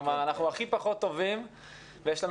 כלומר אנחנו הכי פחות טובים ויש לנו